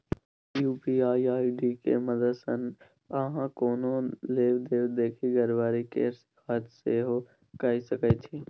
UPI ID के मददसँ अहाँ कोनो लेब देब देखि गरबरी केर शिकायत सेहो कए सकै छी